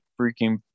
freaking